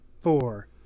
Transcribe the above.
four